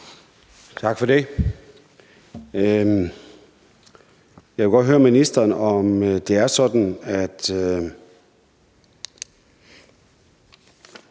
Tak for det. Jeg vil godt høre ministeren, om det er sådan, at